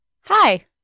Hi